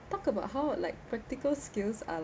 talk about how like practical skills are